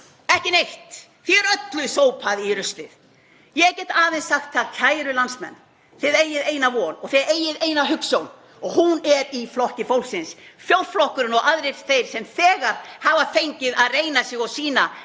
Ekki neitt. Því er öllu sópað í ruslið. Ég get aðeins sagt það, kæru landsmenn: Þið eigið eina von, þið eigið eina hugsjón og hún er í Flokki fólksins. Fjórflokkurinn og aðrir þeir sem þegar hafa fengið að reyna sig og sýna hvar